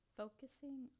focusing